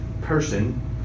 person